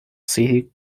city